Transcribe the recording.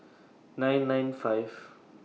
nine nine five